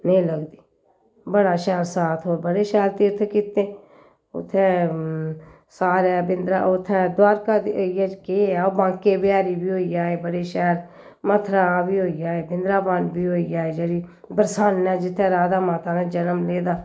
नेईं लगदी बड़ा शैल साथ हो बड़े शैल तीरथ कीते उत्थें सारे वृदां उत्थें द्वारका केह् ऐ ओह् बांके बिहारी बी होई आए बड़े शैल मथरा बी होई आए नृंदावन दा बी होई आए जेह्ड़ी बरसाने ऐ जित्थें राधा माता नै जन्म लेदा